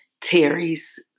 Terry's